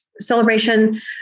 celebration